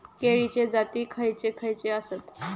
केळीचे जाती खयचे खयचे आसत?